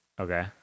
Okay